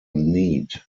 need